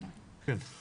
טוב,